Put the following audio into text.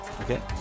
Okay